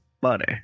butter